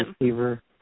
receiver